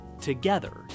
together